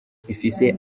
ifise